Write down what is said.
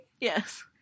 Yes